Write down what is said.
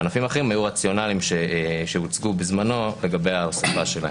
בענפים אחרים היו רציונלים שהוצגו בזמנו לגבי ההוספה שלהם.